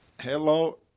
Hello